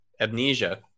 amnesia